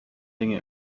dinge